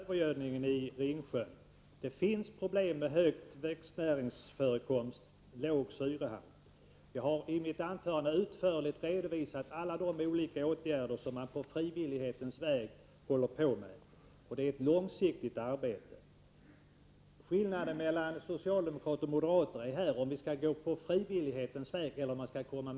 Herr talman! Jag har inte sagt att övergödningen i Ringsjön inte är något problem. Det finns problem med hög växtnäringsförekomst och låg syrehalt. Jag har i mitt anförande utförligt redovisat alla de olika åtgärder som man på frivillighetens väg nu vidtar. Det är ett långsiktigt arbete. Skillnaden mellan socialdemokrater och moderater är att vi vill gå fram på olika sätt — att välja frivillighetens väg eller tillgripa tvång.